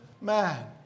man